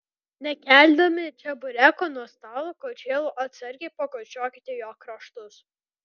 nekeldami čebureko nuo stalo kočėlu atsargiai pakočiokite jo kraštus